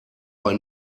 bei